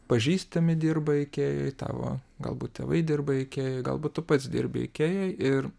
pažįstami dirba ikėjoj tavo galbūt tėvai dirba ikėjoj galbūt tu pats dirbi ikėjoj ir